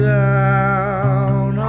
down